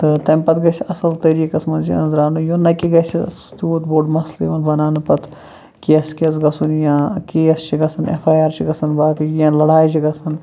تہٕ تَمہِ پَتہٕ گَژِھ اَصٕل طریٖقَس منٛز یہِ أنٛزراونہٕ یُن نہَ کہِ گَژھِ تیٛوٗت بوٚڈ مَسلہٕ یُن بناونہٕ پَتہٕ کیٚسہٕ کیٚس گَژھُن یا کیٚس چھِ گَژھان یا ایف آی آر چھِ گَژھان باقٕے یا لڑٲے چھِ گَژھان